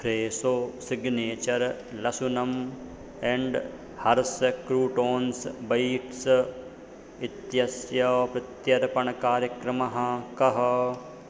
Fresho signature लशुनम् and herbs croutons bites इत्यस्य प्रत्यर्पणकार्यक्रमः कः